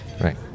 right